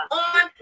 on